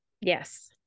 Yes